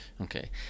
okay